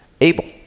Abel